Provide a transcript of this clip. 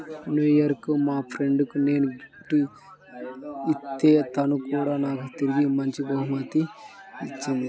new year కి మా friend కి నేను గిఫ్ట్ ఇత్తే తను కూడా నాకు తిరిగి మంచి బహుమతి ఇచ్చింది